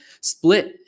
split